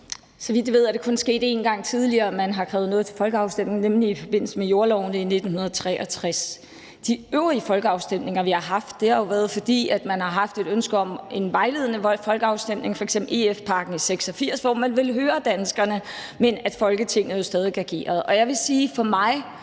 Så vidt jeg ved er det kun sket en gang tidligere, at man har krævet noget til folkeafstemning, nemlig i forbindelse med jordlovene i 1963. De øvrige folkeafstemninger, vi har haft, har jo været der, fordi man har haft et ønske om en vejledende folkeafstemning, f.eks. EF-pakken i 1986, hvor man ville høre danskerne, men hvor Folketinget jo stadig regerede. Jeg vil sige – og